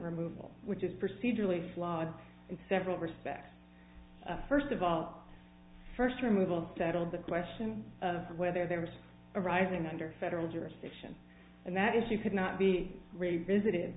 removal which is procedurally flawed in several respects first of all first removal settled the question of whether there was a rising under federal jurisdiction and that if you could not be revisited